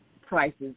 prices